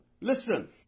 listen